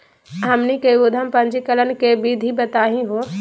हमनी के उद्यम पंजीकरण के विधि बताही हो?